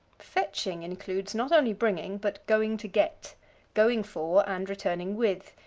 fetching includes, not only bringing, but going to get going for and returning with.